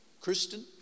Kristen